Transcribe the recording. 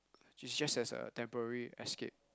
it's just as a temporary escape